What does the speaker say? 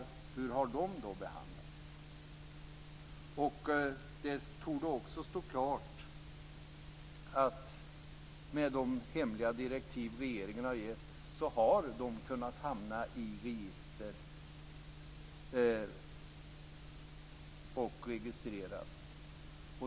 Hur har de behandlats? Det torde också stå klart att med de hemliga direktiv som regeringen gett har de kunnat hamna i register och registreras.